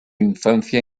infancia